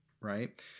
right